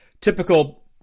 typical